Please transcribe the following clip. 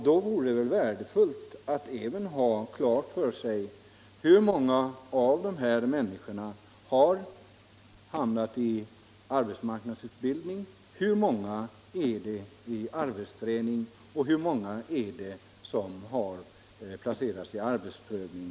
Det vore väl värdefullt att ha klart för sig: Hur många av de här människorna har hamnat i arbetsmarknadsutbildning, hur många är det i arbetsträning och hur många är det som har placerats i arbetsprövning?